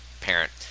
parent